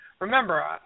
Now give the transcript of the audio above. Remember